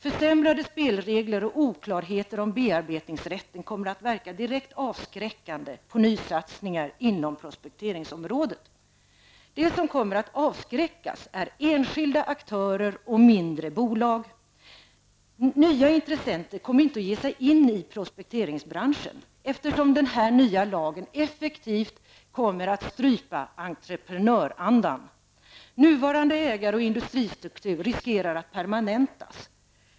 Försämrade spelregler och oklarheter om bearbetningsrätten kommer att verka direkt avskräckande på nysatsningar inom prospekteringsområdet. De som kommer att avskräckas är enskilda aktörer och mindre bolag. Nya intressenter kommer inte att ge sig in i prospekteringsbranschen, eftersom den här nya lagen effektivt kommer att strypa entreprenörandan. Nuvarande ägar och industristruktur riskerar att permanentas.